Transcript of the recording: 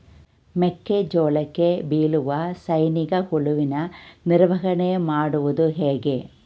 ಮೆಕ್ಕೆ ಜೋಳಕ್ಕೆ ಬೀಳುವ ಸೈನಿಕ ಹುಳುವಿನ ನಿರ್ವಹಣೆ ಮಾಡುವುದು ಹೇಗೆ?